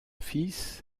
fils